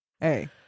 Hey